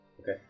Okay